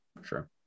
sure